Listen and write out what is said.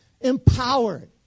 Empowered